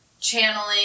channeling